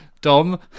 Dom